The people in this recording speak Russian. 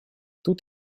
тут